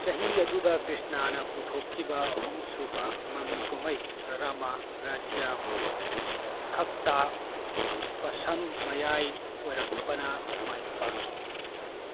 ꯆꯍꯤ ꯑꯗꯨꯗ ꯀ꯭ꯔꯤꯁꯅꯅ ꯄꯨꯊꯣꯛꯈꯤꯕ ꯑꯍꯨꯝ ꯁꯨꯕ ꯃꯃꯤ ꯀꯨꯝꯍꯩ ꯔꯃꯥ ꯔꯥꯖ꯭ꯌꯝꯂꯣ ꯈꯛꯇꯥ ꯄꯁꯝ ꯃꯌꯥꯏ ꯑꯣꯏꯔꯞꯅ ꯃꯥꯏ ꯄꯥꯛꯈꯤ